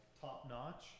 top-notch